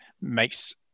makes